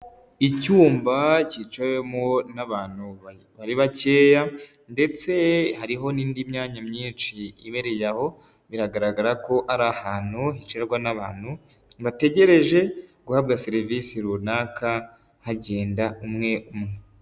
Icyumba cyicawemo n'abantu bari bakeya ndetse hariho n'indi myanya myinshi ibereye aho, biragaragara ko ari ahantu hicarwa n'abantu, bategereje guhabwa serivisi runaka hagenda umwe umwe.